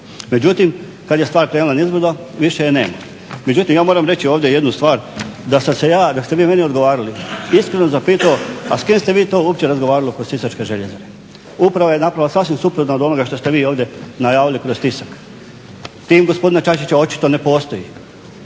međutim kad je stvar krenula nizbrdo više je nema. Međutim, ja moram reći ovdje jednu stvar, da sam se ja dok ste vi meni odgovarali iskreno zapitao a s kim ste vi to uopće razgovarali oko sisačke željezare. Upravo je napravila sasvim suprotno od onoga što ste vi ovdje najavili kroz tisak. Tim gospodina Čačića očito ne postoji,